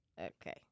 Okay